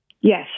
Yes